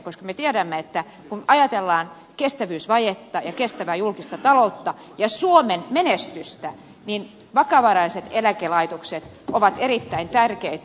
me tiedämme että kun ajatellaan kestävyysvajetta ja kestävää julkista taloutta ja suomen menestystä niin vakavaraiset eläkelaitokset ovat erittäin tärkeitä